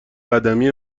قدمی